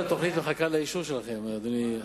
כל התוכנית מחכה לאישור שלכם, אדוני.